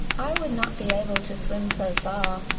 i would not be able to swim so far,